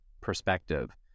perspective